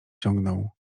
ciągnął